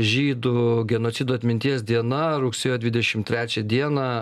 žydų genocido atminties diena rugsėjo dvidešim trečią dieną